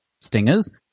stingers